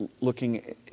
looking